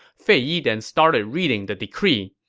fei yi then started reading the decree.